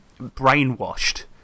brainwashed